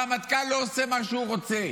הרמטכ"ל לא עושה מה שהוא רוצה.